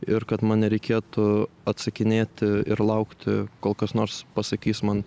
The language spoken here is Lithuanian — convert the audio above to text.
ir kad man nereikėtų atsakinėti ir laukti kol kas nors pasakys man